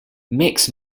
mix